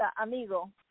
amigo